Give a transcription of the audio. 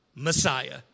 Messiah